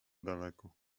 daleko